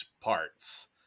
parts